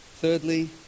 Thirdly